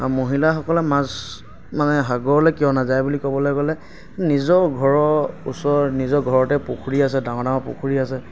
আৰু মহিলাসকলে মাছ মানে সাগৰলৈ কিয় নাযায় বুলি ক'বলৈ গ'লে নিজৰ ঘৰৰ ওচৰত নিজৰ ঘৰতে পুখুৰী আছে ডাঙৰ ডাঙৰ পুখুৰী আছে